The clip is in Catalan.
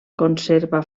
conserva